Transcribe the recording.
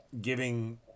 giving